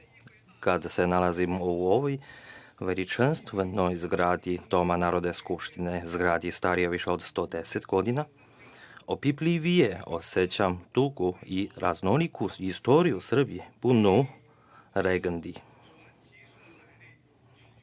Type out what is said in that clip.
kada se nalazim u ovoj veličanstvenoj zgradi Doma Narodne skupštine, zgradi starijoj više od 110 godina, opipljivije osećam tugu i raznoliku istoriju Srbije punu legendi.